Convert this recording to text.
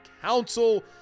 Council